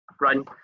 run